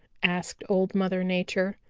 asked old mother nature.